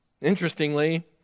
Interestingly